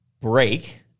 break